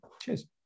Cheers